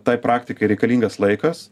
tai praktikai reikalingas laikas